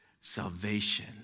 salvation